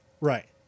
Right